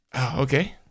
Okay